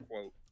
quote